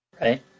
Right